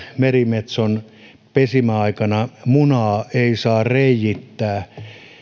merimetson pesimäaikana munaa ei saa reiittää